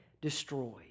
destroyed